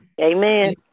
Amen